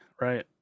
right